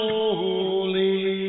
Holy